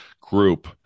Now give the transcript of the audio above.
group